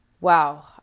Wow